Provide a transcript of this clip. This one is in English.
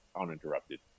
uninterrupted